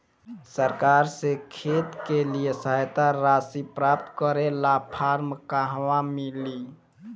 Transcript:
सरकार से खेत के लिए सहायता राशि प्राप्त करे ला फार्म कहवा मिली?